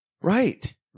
Right